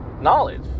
knowledge